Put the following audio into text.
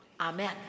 Amen